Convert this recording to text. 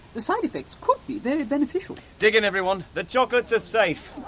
the side-benefits could be very beneficial! dig in, everyone! the chocolates are safe!